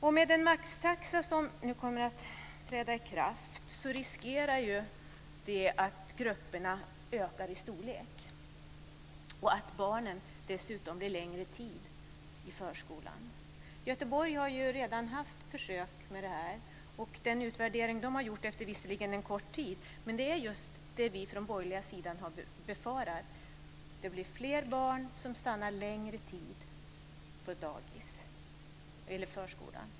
Och med det beslut om maxtaxa som nu kommer att träda i kraft finns risken att gruppstorleken ökar och att barnen blir längre tid i förskolan. I Göteborg har man redan haft försök med detta. Den utvärdering som gjorts, visserligen efter en kort tid, visar just på det som vi på den borgerliga sidan befarar, nämligen att fler barn stannar längre tid på dagis eller i förskolan.